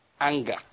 anger